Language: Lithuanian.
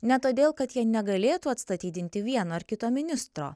ne todėl kad jie negalėtų atstatydinti vieno ar kito ministro